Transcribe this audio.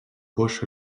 poche